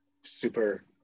super